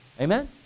amen